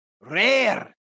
Rare